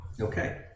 Okay